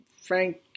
Frank